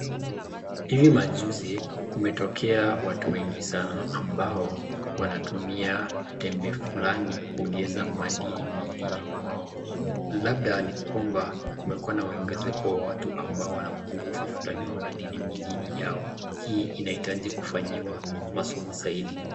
Hivi majuzi kumetokea watu wengi sana ambao wanatumia tembe fulani kuongeza madini mwilini mwao, labda ni kwamba kumekuwa na uongezeko wa watu ambao wana upungufu fulani wa madini milini yao, hii inahitaji kufanyiwa masomo zaidi.